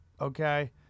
Okay